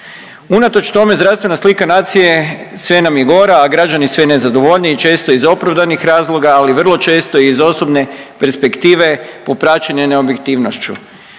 Unatoč tome zdravstvena slika nacije sve nam je gora, a građani sve nezadovoljniji i često iz opravdanih razloga, ali vrlo često i iz osobne perspektive popraćene neobjektivnošću.